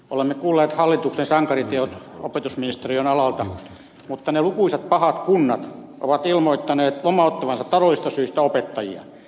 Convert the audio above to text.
olemme kuulleet hallituksen sankariteot opetusministeriön alalta mutta ne lukuisat pahat kunnat ovat ilmoittaneet lomauttavansatavoitteisiin opettajia